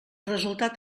resultat